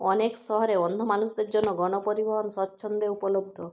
অনেক শহরে অন্ধ মানুষদের জন্য গণপরিবহন স্বচ্ছন্দে উপলব্ধ